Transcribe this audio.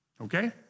Okay